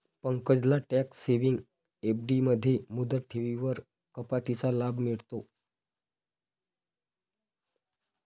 पंकजला tax saving FD मध्ये मुदत ठेवींवरील कपातीचा लाभ मिळतो